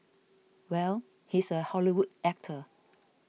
well he's a Hollywood actor